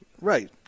Right